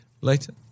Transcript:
later